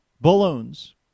Balloons